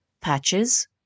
patches